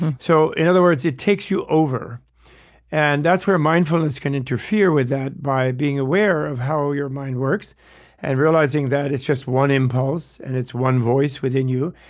so in other words, it takes you over and that's where mindfulness can interfere with that, by being aware of how your mind works and realizing that it's just one impulse and it's one voice within you.